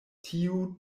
tio